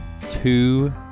two